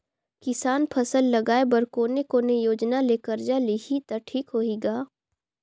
किसान फसल लगाय बर कोने कोने योजना ले कर्जा लिही त ठीक होही ग?